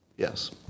Yes